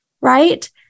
right